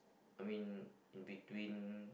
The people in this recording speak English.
I mean in between